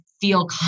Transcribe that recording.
feel